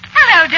Hello